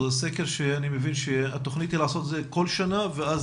התכנית היא לעשות את הסקר כל שנה ואז